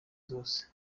zose